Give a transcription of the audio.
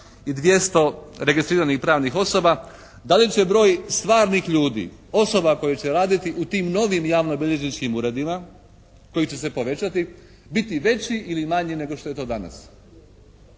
i 200 registriranih pravnih osoba, da li će broj stvarnih ljudi, osoba koje će raditi u tim novim javnobilježničkim uredima koji će se povećati biti veći ili manji nego što je to danas.